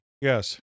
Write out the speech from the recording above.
Yes